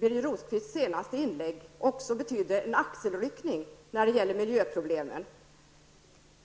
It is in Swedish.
Birger Rosqvists senaste inlägg också betydde en axelryckning när det gäller miljöproblemen.